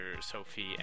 sophie